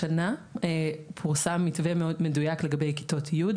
השנה פורסם מתווה מאוד מדויק לגבי כיתות י',